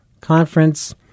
conference